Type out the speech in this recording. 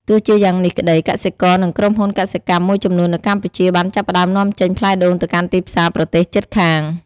ទោះជាយ៉ាងនេះក្តី កសិករ និងក្រុមហ៊ុនកសិកម្មមួយចំនួននៅកម្ពុជាបានចាប់ផ្តើមនាំចេញផ្លែដូងទៅកាន់ទីផ្សារប្រទេសជិតខាង។